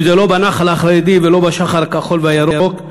אם זה לא בנח"ל החרדי ולא בשח"ר הכחול והירוק,